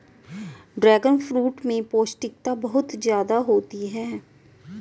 dragon fruit में पौष्टिकता बहुत ज्यादा होती है